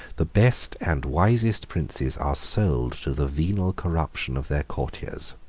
the best and wisest princes are sold to the venal corruption of their courtiers.